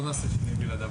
לא נעשה שינוי בלעדיו.